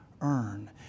earn